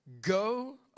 Go